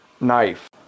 knife